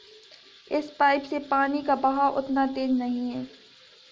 इस पाइप से पानी का बहाव उतना तेज नही है